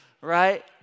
right